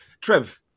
Trev